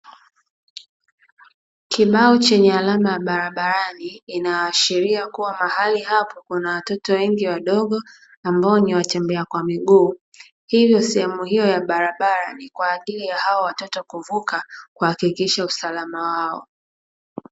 Kibao chenye alama ya barabarani inayoashiria mahali hapo kuna watoto wadogo ambao ni watembea kwa miguu, hivyo sehemu hiyo ya barabara ni kwa ajili ya hao watoto kuvuka kuhakikisha usalama wao.